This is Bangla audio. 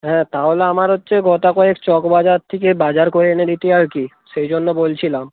হ্যাঁ তাহলে আমার হচ্ছে গোটা কয়েক চকবাজার থেকে বাজার করে এনে দিতি আর কি সেই জন্য বলছিলাম